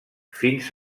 fins